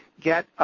get –